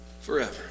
forever